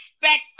expect